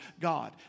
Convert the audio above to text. God